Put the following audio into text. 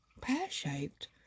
pear-shaped